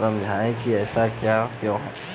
समझाइए कि ऐसा क्यों है?